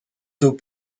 dos